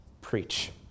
preach